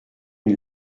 une